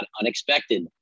unexpected